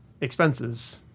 expenses